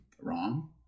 wrong